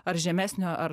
ar žemesnio ar